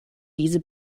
diese